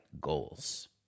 goals